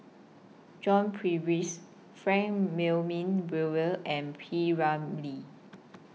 John Purvis Frank Brewer and P Ramlee